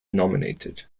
nominated